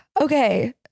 Okay